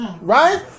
Right